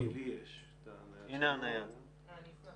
לי יש את מספר הנייד שלו.